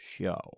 show